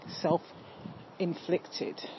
self-inflicted